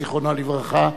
זיכרונו לברכה,